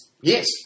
Yes